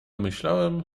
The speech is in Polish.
myślałem